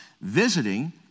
visiting